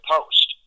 post